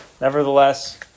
Nevertheless